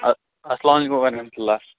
آ السلامُ علیکُم وَرحمتُہ اللہ